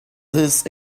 this